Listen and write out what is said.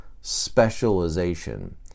specialization